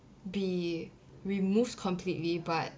be removed completely but